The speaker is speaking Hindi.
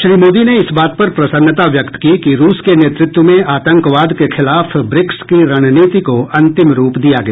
श्री मोदी ने इस बात पर प्रसन्नता व्यक्त की कि रूस के नेतृत्व में आतंकवाद के खिलाफ ब्रिक्स की रणनीति को अंतिम रूप दिया गया